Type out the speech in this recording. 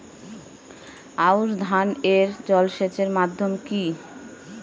আউশ ধান এ জলসেচের মাধ্যম কি?